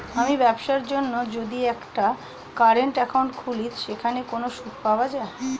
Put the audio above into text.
আমি ব্যবসার জন্য যদি একটি কারেন্ট একাউন্ট খুলি সেখানে কোনো সুদ পাওয়া যায়?